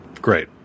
Great